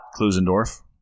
Klusendorf